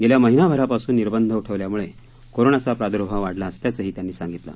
गेल्या महिनाभरापासून निर्बंध उठवल्यामुळे कोरोनाचा प्रादुर्भाव वाढला असल्याचंही त्यांनी सांगितलं